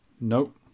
Nope